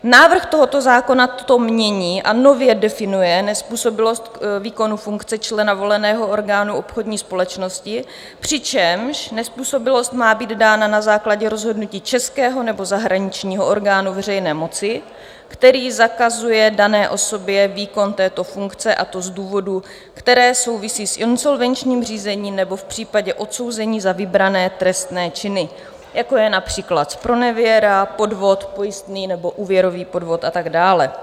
Návrh tohoto zákona toto mění a nově definuje nezpůsobilost k výkonu funkce člena voleného orgánu obchodní společnosti, přičemž nezpůsobilost má být dána na základě rozhodnutí českého nebo zahraničního orgánu veřejné moci, který zakazuje dané osobě výkon této funkce, a to z důvodů, které souvisí s insolvenčním řízením nebo v případě odsouzení za vybrané trestné činy, jako je například zpronevěra, podvod pojistný nebo úvěrový podvod a tak dále.